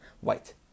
white